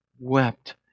wept